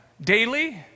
daily